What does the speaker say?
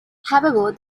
however